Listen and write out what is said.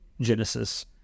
genesis